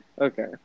Okay